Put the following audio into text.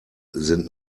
sind